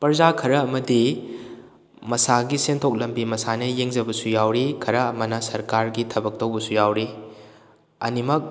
ꯄ꯭ꯔꯖꯥ ꯈꯔ ꯑꯃꯗꯤ ꯃꯁꯥꯒꯤ ꯁꯦꯟꯊꯣꯛ ꯂꯝꯕꯤ ꯃꯁꯥꯅ ꯌꯦꯡꯖꯕꯁꯨ ꯌꯥꯎꯔꯤ ꯈꯔ ꯑꯃꯅ ꯁꯔꯀꯥꯔꯒꯤ ꯊꯕꯛ ꯇꯧꯕꯁꯨ ꯌꯥꯎꯔꯤ ꯑꯅꯤꯃꯛ